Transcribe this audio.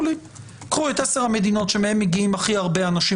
קחו את עשר המדינות מהן מגיעים הכי הרבה אנשים